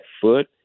foot